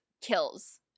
kills